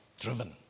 driven